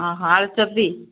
ଅ ହଁ ଅଳୁଚପ ବି